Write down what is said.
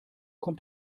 kommt